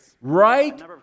right